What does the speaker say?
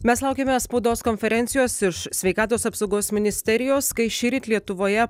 mes laukiame spaudos konferencijos iš sveikatos apsaugos ministerijos kai šįryt lietuvoje